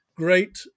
Great